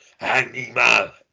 Animal